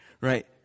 Right